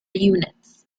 units